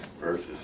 versus